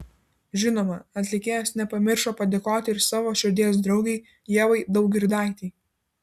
žinoma atlikėjas nepamiršo padėkoti ir savo širdies draugei ievai daugirdaitei